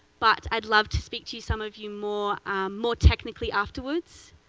but i'd love to speak to some of you more more technically afterwards.